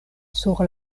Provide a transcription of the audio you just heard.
sur